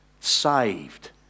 Saved